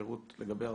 פירוט לגבי ההרשאה,